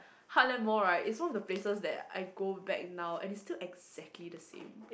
Heartland Mall right is one of the places that I go back now and is still exactly the same